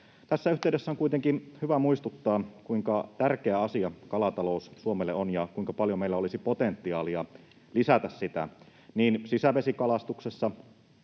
Tässä yhteydessä on kuitenkin hyvä muistuttaa, kuinka tärkeä asia kalatalous Suomelle on ja kuinka paljon meillä olisi potentiaalia lisätä sitä niin sisävesikalastuksessa